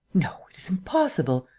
no, it is impossible.